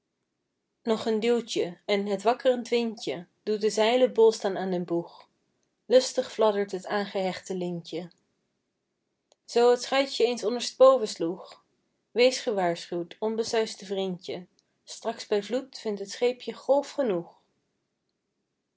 nog een duwtjen en het wakkrend windje doet de zeilen bolstaan aan den boeg lustig fladdert t aangehechte lintje zoo het schuitje eens onderstboven sloeg wees gewaarschuwd onbesuisde vrindje straks bij vloed vind t scheepje golf genoeg